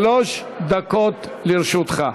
שלוש דקות לרשותך.